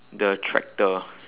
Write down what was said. the tractor